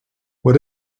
what